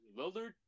Lillard